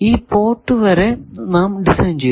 ഈ പോർട്ട് വരെ നാം ഡിസൈൻ ചെയ്തു